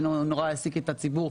שמאוד העסיק את הציבור.